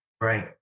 Right